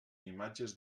imatges